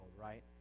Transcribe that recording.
right